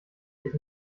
sich